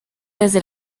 desde